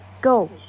Go